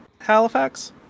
Halifax